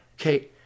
Okay